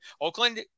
Oakland